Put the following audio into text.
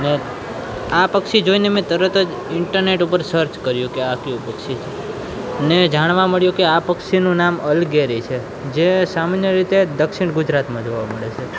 અને આ પક્ષી જોઈને મેં તરત જ ઈન્ટરનેટ ઊપર સર્ચ કર્યું કે આ કયું પક્ષી છે મને જાણવા મળ્યું કે આ પક્ષીનું નામ અલગેરી છે જે સામાન્ય રીતે દક્ષિણ ગુજરાતમાં જોવા મળે છે